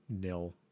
nil